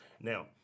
Now